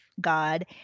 god